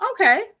okay